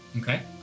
Okay